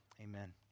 Amen